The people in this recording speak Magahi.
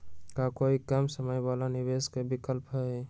का कोई कम समय वाला निवेस के विकल्प हई?